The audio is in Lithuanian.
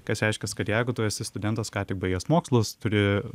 kas reiškias kad jeigu tu esi studentas ką tik baigęs mokslus turi